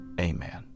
amen